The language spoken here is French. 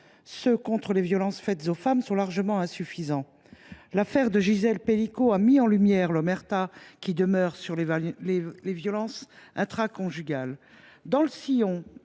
lutte contre les violences faites aux femmes, sont largement insuffisants. L’affaire Gisèle Pelicot a révélé l’omerta qui persiste sur les violences intraconjugales.